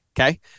Okay